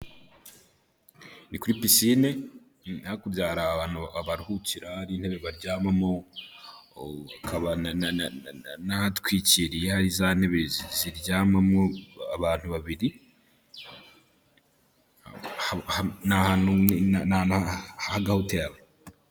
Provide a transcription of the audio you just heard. Ni kuri pisine hakurya hari ahantu baruhukira, ari intebe baryamamo. Hakaba n'ahatwikiriye za ntebe ziryamamo abantu babiri; ni ahantu h' agahoteri.